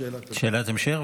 שאלת המשך.